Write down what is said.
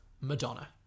Madonna